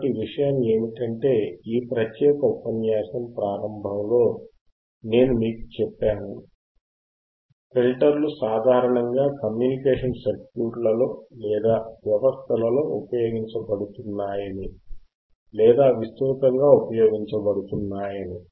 కాబట్టి విషయం ఏమిటంటే ఫిల్టర్లు సాధారణంగా కమ్యూనికేషన్ సర్క్యూట్లలో లేదా వ్యవస్థలలో ఉపయోగించబడుతున్నాయని లేదా విస్తృతంగా ఉపయోగించబడుతున్నాయని ఈ ప్రత్యేక ఉపన్యాసం ప్రారంభంలో నేను మీకు చెప్పాను